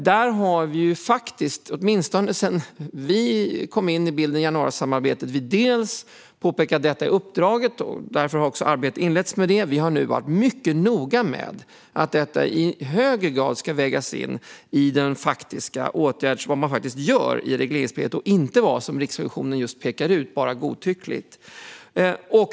Vi har faktiskt, åtminstone sedan vi kom in i bilden i och med januarisamarbetet, påpekat att detta är uppdraget, och därför har också arbetet inletts med det. Vi har nu varit mycket noga med att detta i högre grad i regleringsbrevet ska vägas in i vad man faktiskt gör och inte vad Riksrevisionen pekar ut godtyckligt.